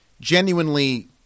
genuinely